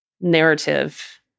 narrative